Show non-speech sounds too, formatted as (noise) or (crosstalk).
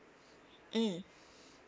mm (breath)